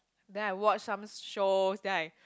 then I watch some show then I